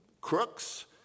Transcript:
crooks